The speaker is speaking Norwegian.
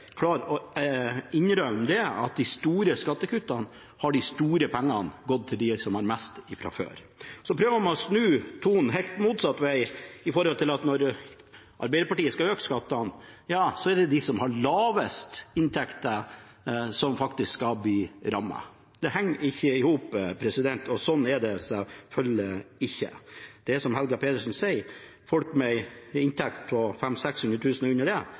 å innrømme at når det gjelder de store skattekuttene, har de store pengene gått til dem som har mest fra før. Man prøver å snu tonen helt motsatt vei med at når Arbeiderpartiet skal øke skattene, er det de som har lavest inntekter, som faktisk skal bli rammet. Det henger ikke i hop og sånn er det selvfølgelig ikke. Det er som Helga Pedersen sier, folk med en inntekt på 500 000–600 000 kr og under det,